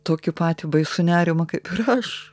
tokį patį baisų nerimą kaip ir aš